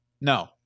No